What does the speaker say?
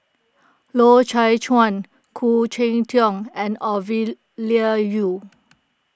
Loy Chye Chuan Khoo Cheng Tiong and Ovidia Yu